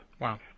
Wow